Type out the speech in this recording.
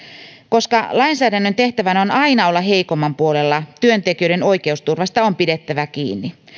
koska lainsäädännön tehtävänä on aina olla heikomman puolella työntekijöiden oikeusturvasta on pidettävä kiinni